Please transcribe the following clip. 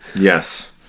Yes